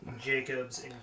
Jacobs